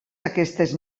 aquestes